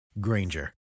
Granger